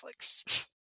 Netflix